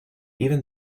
even